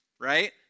Right